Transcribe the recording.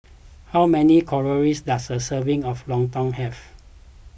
how many calories does a serving of Lontong have